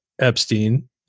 Epstein